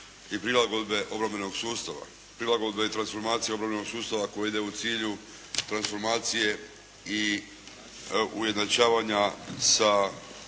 i prilagodbe obrambenog sustava. Prilagodbe i transformacije obrambenog sustava koji ide u cilju transformacije i ujednačavanja sa